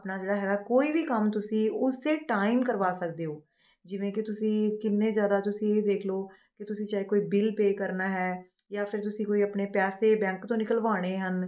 ਆਪਣਾ ਜਿਹੜਾ ਹੈਗਾ ਕੋਈ ਵੀ ਕੰਮ ਤੁਸੀਂ ਉਸੇ ਟਾਈਮ ਕਰਵਾ ਸਕਦੇ ਹੋ ਜਿਵੇਂ ਕਿ ਤੁਸੀਂ ਕਿੰਨੇ ਜ਼ਿਆਦਾ ਤੁਸੀਂ ਵੇਖ ਲੋਲਉ ਕਿ ਤੁਸੀਂ ਚਾਹੇ ਕੋਈ ਬਿਲ ਪੇਅ ਕਰਨਾ ਹੈ ਜਾਂ ਫਿਰ ਤੁਸੀਂ ਕੋਈ ਆਪਣੇ ਪੈਸੇ ਬੈਂਕ ਤੋਂ ਨਿਕਲਵਾਉਣੇ ਹਨ